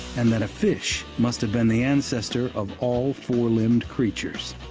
and that a fish must have been the ancestor of all four-limbed creatures,